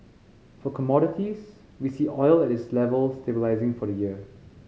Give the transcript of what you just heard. for commodities we see oil at this level stabilising for the year